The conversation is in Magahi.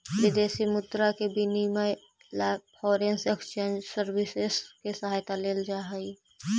विदेशी मुद्रा के विनिमय ला फॉरेन एक्सचेंज सर्विसेस के सहायता लेल जा हई